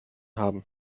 haben